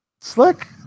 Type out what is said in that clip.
slick